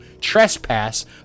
trespass